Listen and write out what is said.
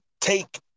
take